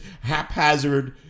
haphazard